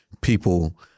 people